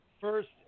first